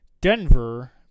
Denver